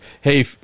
hey